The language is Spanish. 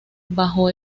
bajo